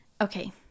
okay